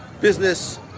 business